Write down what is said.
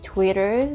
Twitter